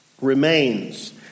remains